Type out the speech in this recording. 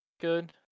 Good